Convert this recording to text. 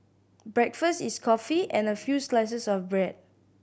breakfast is coffee and a few slices of bread